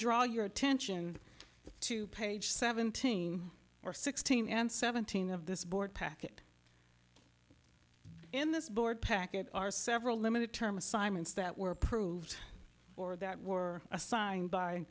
draw your attention to page seventeen or sixteen and seventeen of this board packet in this board packet are several limited term assignments that were approved or that were assigned by